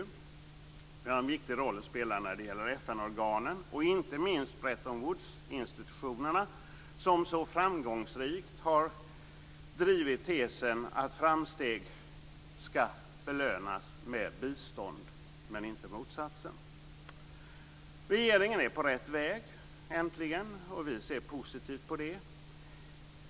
Vi har en viktig roll att spela när det gäller FN-organen och inte minst Bretton-Woodsinstitutionerna, som så framgångsrikt har drivit tesen att framsteg skall belönas med bistånd, men inte motsatsen. Regeringen är äntligen på rätt väg, och vi ser positivt på det.